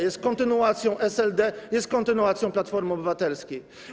Jest kontynuacją SLD, jest kontynuacją Platformy Obywatelskiej.